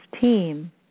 team